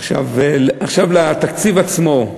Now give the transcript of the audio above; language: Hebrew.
עכשיו לתקציב עצמו.